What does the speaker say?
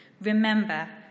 remember